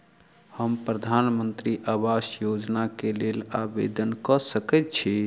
हम प्रधानमंत्री आवास योजना केँ लेल आवेदन कऽ सकैत छी?